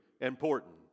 important